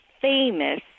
famous